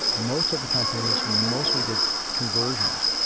most of the companies mostly did conversions.